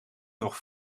nog